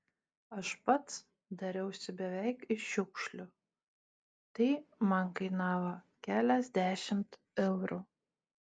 aš pats dariausi beveik iš šiukšlių tai man kainavo keliasdešimt eurų